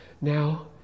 now